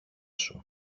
σου